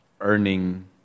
earning